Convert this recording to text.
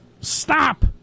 stop